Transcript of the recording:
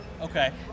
okay